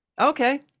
Okay